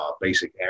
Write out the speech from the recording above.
basic